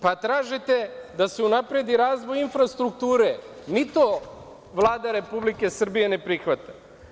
Pa tražite da se unapredi razvoj infrastrukture, ni to Vlada Republike Srbije ne prihvata.